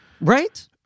Right